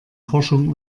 forschung